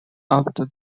after